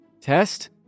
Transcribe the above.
test